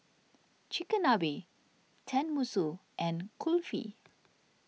Chigenabe Tenmusu and Kulfi